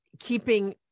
Keeping